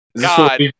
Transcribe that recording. God